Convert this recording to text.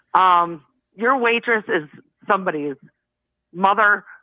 um your waitress is somebody's mother,